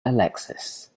alexis